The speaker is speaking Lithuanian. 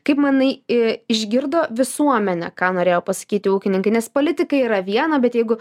kaip manai išgirdo visuomenę ką norėjo pasakyti ūkininkai nes politikai yra viena bet jeigu